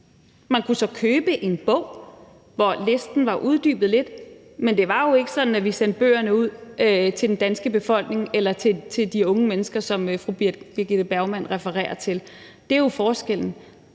man kunne så købe en bog, hvor listen var uddybet lidt, men det var jo ikke sådan, at vi sendte bøgerne ud til den danske befolkning eller til de unge mennesker, som fru Birgitte Bergman refererer til. Det er jo forskellen.